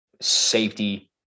safety